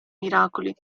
miracoli